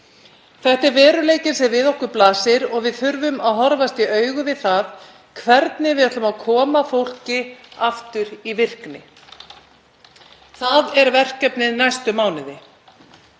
Þetta er veruleikinn sem við okkur blasir og við þurfum að horfast í augu við það hvernig við ætlum að koma fólki aftur í virkni. Það er verkefnið næstu mánuði.